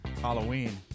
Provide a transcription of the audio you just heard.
Halloween